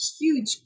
huge